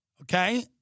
Okay